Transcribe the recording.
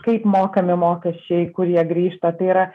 kaip mokami mokesčiai kurie grįžta tai yra